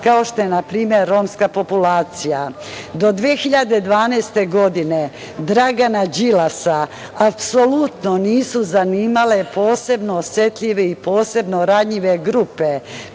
kao što je npr. romska populacija. Do 2012. godine Dragana Đilasa apsolutno nisu zanimale posebno osetljive i posebno ranjive grupe,